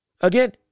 again